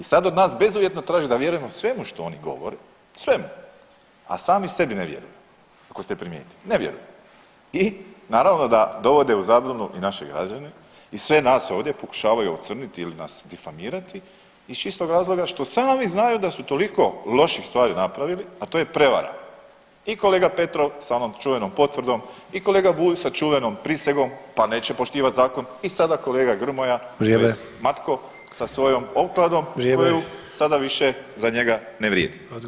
I sada od nas bezuvjetno traži da vjerujemo svemu što oni govore, svemu a sami sebi ne vjeruju ako ste primijetili ne vjeruju i naravno da dovode u zabunu i naše građane i sve nas ovdje pokušavaju ocrniti ili nas defamirati iz čistog razloga što sami znaju da su toliko loših stvari napravili a to je prevara i kolega Petrov sa onom čuvenom potvrdom, i kolega Bulj sa čuvenom prisegom pa neće poštivati zakon i sada kolega Grmoja tj. Matko sa svojom okladom koju sada više za njega ne vrijedi.